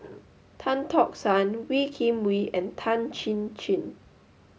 Tan Tock San Wee Kim Wee and Tan Chin Chin